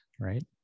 right